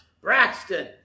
Braxton